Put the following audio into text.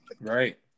Right